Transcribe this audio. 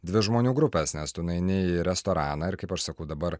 dvi žmonių grupės nes tu nueini į restoraną ir kaip aš sakau dabar